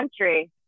country